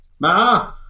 Ma